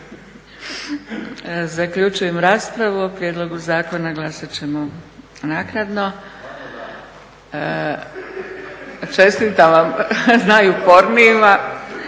Zaključujem raspravu. O prijedlogu zakona glasat ćemo naknadno. Čestitam najupornijima.